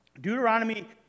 Deuteronomy